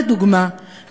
לדוגמה,